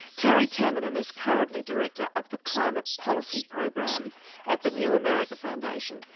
terry tamminen is currently director of the climate policy program at the new america foundation.